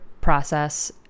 process